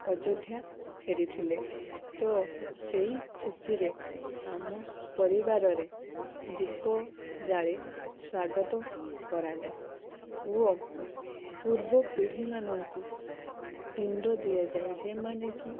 ଅଯୋଧ୍ୟା ଫେରିଥିଲେ ତ ସେଇ ଖୁସିରେ ଆମ ପରିବାରରେ ଦୀପ ଜାଳି ସ୍ବାଗତ କରାଯାଏ ଓ ପୂର୍ବ ପିଢ଼ି ମାନଙ୍କୁ ପିଣ୍ଡ ଦିଆଯାଏ ଯେମାନେ କି